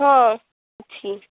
ହଁ ଅଛି